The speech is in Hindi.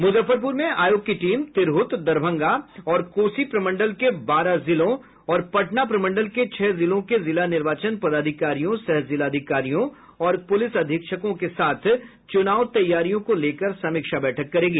मुजफ्फरपुर में आयोग की टीम तिरहुत दरभंगा और कोसी प्रमंडल के बारह जिलों और पटना प्रमंडल के छह जिलों के जिला निर्वाचन पदाधिकारियों सह जिलाधिकारियों और पुलिस अधीक्षकों के साथ चुनाव तैयारियों को लेकर समीक्षा बैठक करेगी